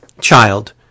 child